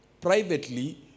Privately